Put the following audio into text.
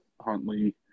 Huntley